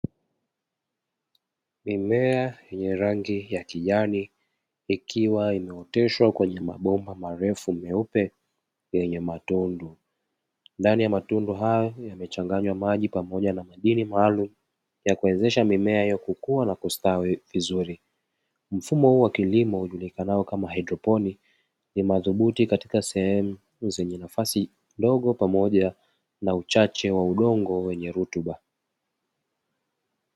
Mimea yenye rangi ya kijani ikiwa imeoteshwa kwenye mabomba marefu meupe yenye matundu. Ndani ya matundu hayo yamechanganywa maji pamoja na madini maalumu ya kuwezesha mimea hiyo kukua na kustawi vizuri. Mfumo huu wa kilimo ujulikanao kama haidroponi ni madhubuti katika sehemu zenye nafasi ndogo pamoja na uchache wa udongo wenye rutuba.